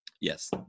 Yes